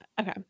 Okay